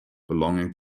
belonging